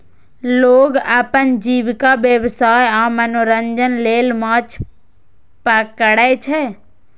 लोग अपन जीविका, व्यवसाय आ मनोरंजन लेल माछ पकड़ै छै